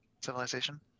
civilization